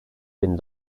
bin